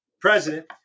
President